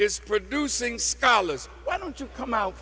is producing scholars why don't you come out